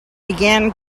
began